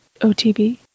OTB